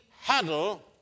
huddle